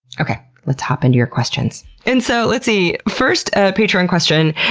okay, let's hop into your questions. and so, let's see. first ah patron question.